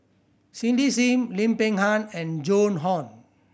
Cindy Sim Lim Peng Han and Joan Hon